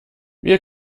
wir